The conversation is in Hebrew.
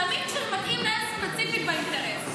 תמיד כשזה מתאים להם ספציפית באינטרס.